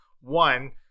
one